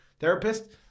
Therapists